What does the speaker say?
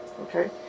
Okay